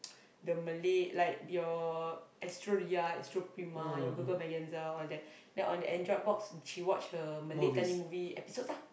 the Malay like your Astro-Ria Astro-Prima your Gegar-Vaganza all that then on the Android box she watch her Malay Telemovie episodes lah